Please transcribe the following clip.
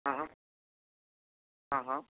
हाँ हाँ हाँ हाँ